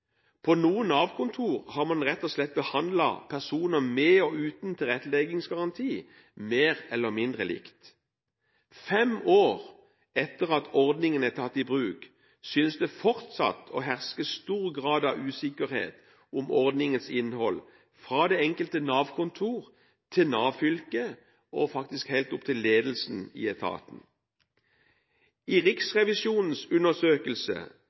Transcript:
På noen Nav-kontor har man rett og slett behandlet personer med og uten tilretteleggingsgaranti mer eller mindre likt. Fem år etter at ordningen er tatt i bruk, synes det fortsatt å herske stor grad av usikkerhet om ordningens innhold, fra det enkelte Nav-kontor til Nav-fylket – og faktisk helt opp til ledelsen i etaten. I Riksrevisjonens undersøkelse